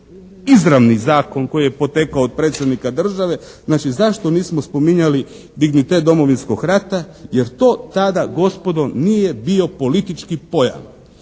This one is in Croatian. izravni Zakon koji je potekao od predsjednika države, znači zašto nismo spominjali dignitet Domovinskog rata jer to tada gospodo nije bio politički pojam.